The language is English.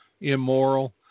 immoral